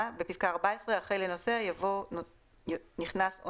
(3) בפסקה (14) אחרי "לנוסע" יבוא "נכנס או